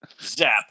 zap